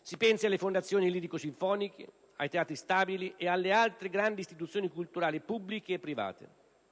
(si pensi alle fondazioni lirico-sinfoniche, ai teatri stabili e alle altre grandi istituzioni culturali pubbliche e private).